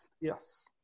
Yes